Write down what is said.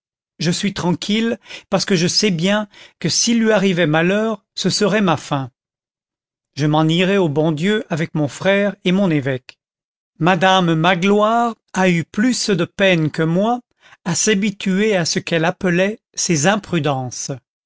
je suis tranquille parce que je sais bien que s'il lui arrivait malheur ce serait ma fin je m'en irais au bon dieu avec mon frère et mon évêque madame magloire a eu plus de peine que moi à s'habituer à ce qu'elle appelait ses imprudences